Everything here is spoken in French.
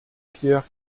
pierre